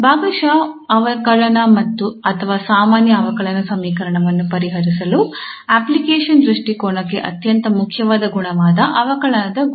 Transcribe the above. ಭಾಗಶಃ ಅವಕಲನ ಅಥವಾ ಸಾಮಾನ್ಯ ಅವಕಲನ ಸಮೀಕರಣವನ್ನು ಪರಿಹರಿಸಲು ಅಪ್ಲಿಕೇಶನ್ ದೃಷ್ಟಿಕೋನಕ್ಕೆ ಅತ್ಯಂತ ಮುಖ್ಯವಾದ ಗುಣವಾದ ಅವಕಲನದ ಗುಣ